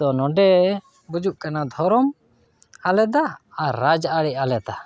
ᱛᱚ ᱱᱚᱸᱰᱮ ᱵᱩᱡᱩᱜ ᱠᱟᱱᱟ ᱫᱷᱚᱨᱚᱢ ᱟᱞᱟᱫᱟ ᱟᱨ ᱨᱟᱡᱽ ᱟᱹᱨᱤ ᱟᱞᱟᱫᱟ